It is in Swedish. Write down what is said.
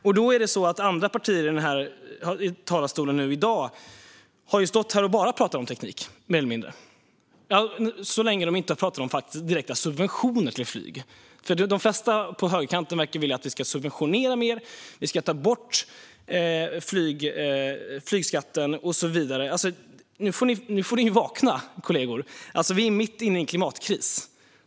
Ledamöter från andra partier har i dag i talarstolen mer eller mindre bara pratat om teknik, så länge de inte har pratat om direkta subventioner till flyg. De flesta på högerkanten verkar vilja att vi ska subventionera mer. Vi ska ta bort flygskatten och så vidare. Nu får ni vakna, kollegor! Vi är mitt inne i en klimatkris.